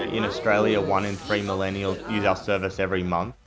ah in australia, one in three millennials use our service every month.